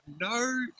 no